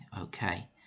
okay